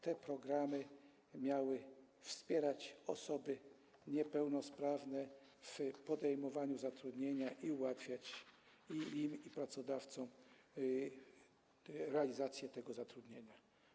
Te programy miały wspierać osoby niepełnosprawne w podejmowaniu zatrudnienia i ułatwiać i im, i pracodawcom realizację tego zatrudnienia.